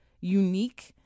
unique